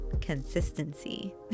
consistency